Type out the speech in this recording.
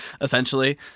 essentially